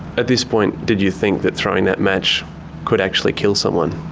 at this point, did you think that throwing that match could actually kill someone?